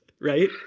Right